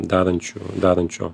darančių darančio